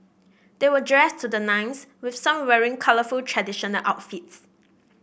they were dressed to the nines with some wearing colourful traditional outfits